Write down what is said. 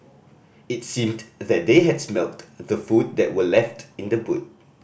it seemed that they had smelt the food that were left in the boot